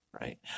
Right